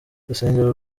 urusengero